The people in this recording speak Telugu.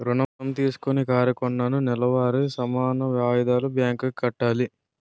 ఋణం తీసుకొని కారు కొన్నాను నెలవారీ సమాన వాయిదాలు బ్యాంకు కి కట్టాలి